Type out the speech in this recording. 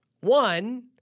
One